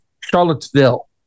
Charlottesville